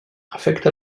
afecta